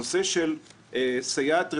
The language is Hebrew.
הנושא של סייעת רפואית.